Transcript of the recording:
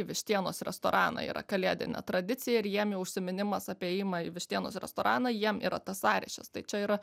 vištienos restoraną yra kalėdinė tradicija ir jiem jau užsiminimas apie ėjimą į vištienos restoraną jiem yra tas sąryšis tai čia yra